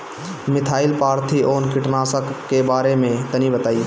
Methyl parathion कीटनाशक के बारे में तनि बताई?